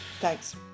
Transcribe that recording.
thanks